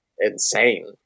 insane